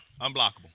Unblockable